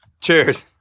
Cheers